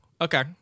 Okay